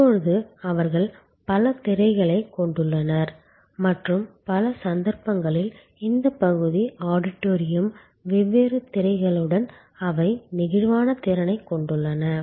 இப்போது அவர்கள் பல திரைகளைக் கொண்டுள்ளனர் மற்றும் பல சந்தர்ப்பங்களில் இந்த பகுதி ஆடிட்டோரியம் வெவ்வேறு திரைகளுடன் அவை நெகிழ்வான திறனைக் கொண்டுள்ளன